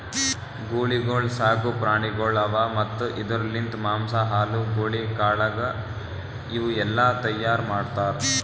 ಗೂಳಿಗೊಳ್ ಸಾಕು ಪ್ರಾಣಿಗೊಳ್ ಅವಾ ಮತ್ತ್ ಇದುರ್ ಲಿಂತ್ ಮಾಂಸ, ಹಾಲು, ಗೂಳಿ ಕಾಳಗ ಇವು ಎಲ್ಲಾ ತೈಯಾರ್ ಮಾಡ್ತಾರ್